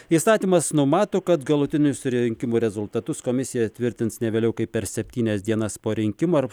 įstatymas numato kad galutinius rinkimų rezultatus komisija tvirtins ne vėliau kaip per septynias dienas po rinkimų ar